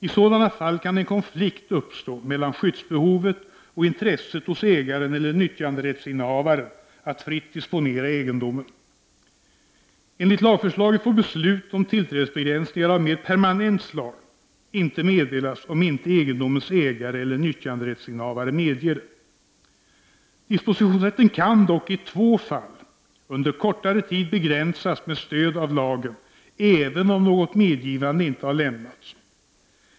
I sådana fall kan en konflikt uppstå mellan skyddsbehovet och intresset hos ägaren eller nyttjanderättsinnehavaren att fritt disponera egendomen. Enligt lagförslaget får beslut om tillträdesbegränsningar av mera permanent slag inte meddelas om inte egendomens ägare eller nyttjanderättsinnehavare medger det. Dispositionsrätten kan dock i två fall under kortare tid begränsas med stöd av lagen även om något medgivande inte har lämnats.